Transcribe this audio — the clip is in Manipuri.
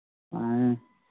ꯃꯥꯟꯅꯦ